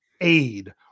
aid